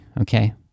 okay